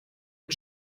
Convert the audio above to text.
mit